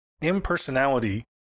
impersonality